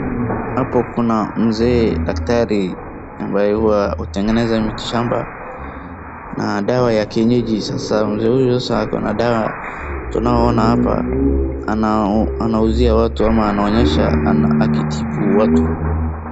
Hapo kuna mzee daktari ambaye hua anatengeza miti shamba, na dawa ya kienyeji na sasa mzee huyu ako na dawa tunaona hapa anauzia watu au anaonyesha akitibu watu.